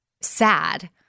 sad